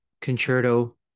concerto